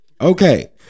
okay